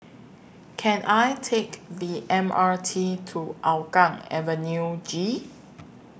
Can I Take The M R T to Hougang Avenue G